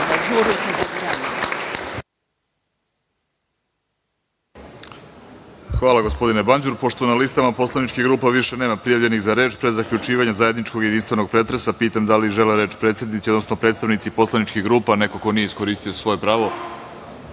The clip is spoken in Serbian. Hvala, gospodine Banđur. Pošto na listama poslaničkih grupa više nema prijavljenih za reč, pre zaključivanja zajedničkog jedinstvenog pretresa, pitam da li žele reč predsednici, odnosno predstavnici poslaničkih grupa, neko ko nije iskoristio svoje pravo?